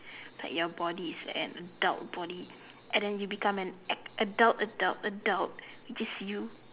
like your body is an adult body and then you become an adult adult adult which is you